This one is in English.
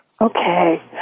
Okay